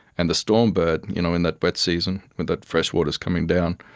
and the storm bird you know in that wet season, when that fresh water is coming down,